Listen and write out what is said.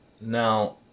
now